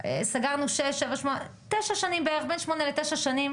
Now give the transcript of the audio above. בין 8-9 שנים.